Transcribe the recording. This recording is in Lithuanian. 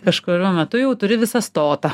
kažkuriuo metu jau turi visą stotą